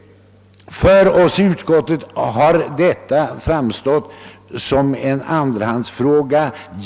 För oss i utskottet har detta framstått som en andrahandsfråga.